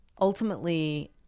ultimately